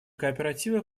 кооперативы